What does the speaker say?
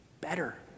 better